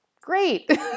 Great